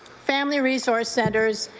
family resource centers,